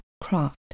craft